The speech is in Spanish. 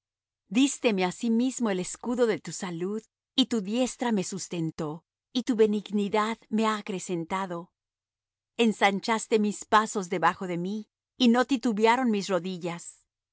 acero dísteme asimismo el escudo de tu salud y tu diestra me sustentó y tu benignidad me ha acrecentado ensanchaste mis pasos debajo de mí y no titubearon mis rodillas